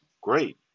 great